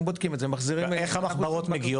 הם בודקים את זה הם מחזירים --- איך המחברות מגיעות?